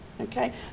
Okay